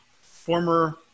former